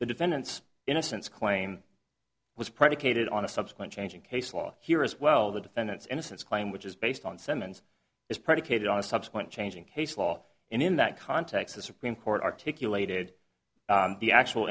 the defendant's innocence claim was predicated on a subsequent change in case law here as well the defendant's innocence claim which is based on simmons is predicated on a subsequent change in case law and in that context the supreme court articulated the actual